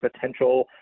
potential